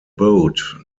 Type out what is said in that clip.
boat